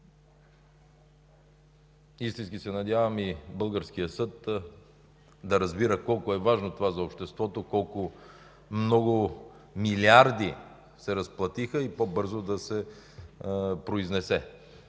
Истински се надявам и българският съд да разбира колко е важно това за обществото, колко много милиарди се разплатиха и по-бързо да се произнесе,